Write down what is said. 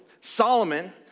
Solomon